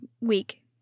week